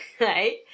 Right